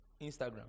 Instagram